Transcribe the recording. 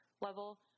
level